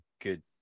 good